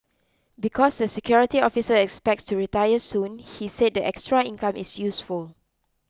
because the security officer expects to retire soon he said the extra income is useful